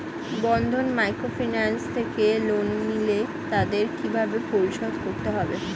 বন্ধন microfinance থেকে loan নিলে তাদের কিভাবে পরিশোধ করতে হয়?